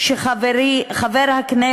שגם חברי כנסת